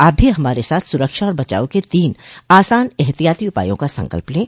आप भी हमारे साथ सुरक्षा और बचाव के तीन आसान एहतियाती उपायों का संकल्प लें